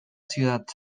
ciudad